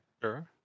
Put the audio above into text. Sure